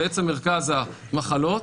בעצם מרכז המחלות,